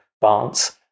balance